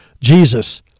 Jesus